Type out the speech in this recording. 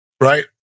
right